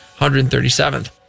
137th